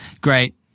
Great